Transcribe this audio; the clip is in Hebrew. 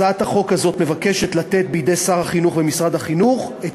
הצעת החוק הזאת מבקשת לתת בידי שר החינוך ומשרד החינוך את